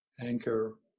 anchor